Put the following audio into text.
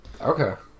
Okay